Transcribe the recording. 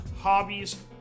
hobbies